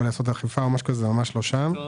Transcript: ממש לא שם כמובן.